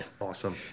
awesome